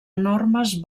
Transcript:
enormes